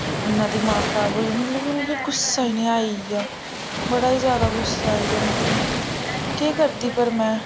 इ'न्ना दमाग खराब होई गेआ मतलब मिकी गुस्सा जन आई गेआ बड़ा ही ज्यादा गुस्सा आई गेआ मिकी केह् करदी पर में